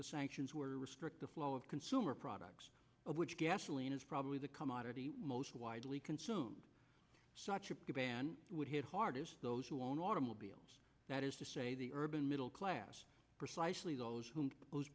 the sanctions were restrict the flow of consumer products of which gasoline is probably the commodity most widely consumed such a ban would hit hardest those who own automobiles that is to say the urban middle class precisely those whom tho